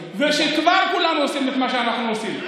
וכבר כולם עושים את מה שאנחנו עושים.